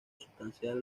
sustancial